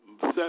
set